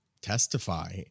testify